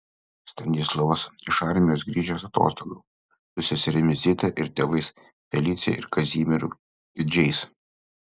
stanislovas iš armijos grįžęs atostogų su seserimi zita ir tėvais felicija ir kazimieru kiudžiais